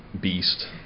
beast